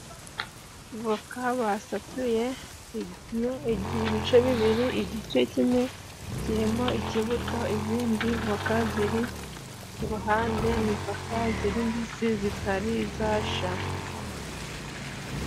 Avoka basatuyemo ibice bibiri. Igice kimwe kirimo ikibuto, izindi avoka ziri ku ruhande ni voka ziri mbisi zitari zashya.